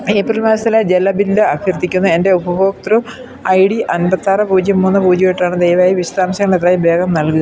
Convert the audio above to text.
April മാസത്തിലെ ജല bill അഭ്യർത്ഥിക്കുന്നു എൻ്റെ ഉപഭോക്തൃ ഐ ഡി അൻപത്തിയാറ് പൂജ്യം മൂന്ന് പൂജ്യം എട്ടാണ് ദയവായി വിശദാംശങ്ങൾ എത്രയും വേഗം നൽകുക